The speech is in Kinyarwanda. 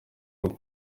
rwe